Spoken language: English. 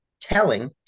telling